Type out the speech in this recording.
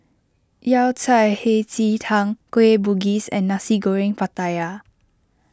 Yao Cai Hei Ji Tang Kueh Bugis and Nasi Goreng Pattaya